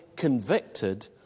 convicted